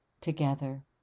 together